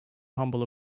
humble